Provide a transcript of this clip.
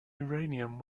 uranium